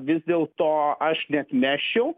vis dėlto aš neatmesčiau